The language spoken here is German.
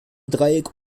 dreieck